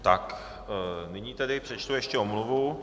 Tak, nyní tedy přečtu ještě omluvy.